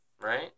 right